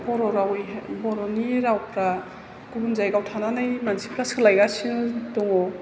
बर' रावयैहाय बर'नि रावफ्रा गुबुन जायगायाव थानानै मानसिफ्रा सोलायगासिनो दङ